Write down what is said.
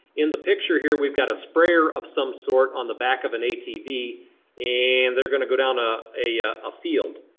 in the picture here we've got a sprayer of some sort on the back of an atv and they're gonna go down ah a a field.